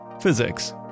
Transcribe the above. physics